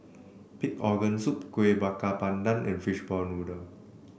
Pig Organ Soup Kuih Bakar Pandan and Fishball Noodle